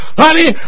honey